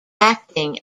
acting